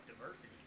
diversity